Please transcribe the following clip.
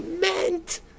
meant